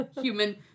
human